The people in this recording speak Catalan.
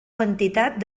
quantitat